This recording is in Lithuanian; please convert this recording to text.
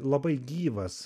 labai gyvas